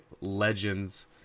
legends